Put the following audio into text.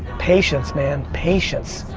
patience, man, patience.